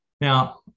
Now